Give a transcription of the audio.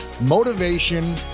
Motivation